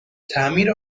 تعمیر